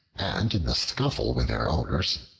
and in the scuffle with their owners,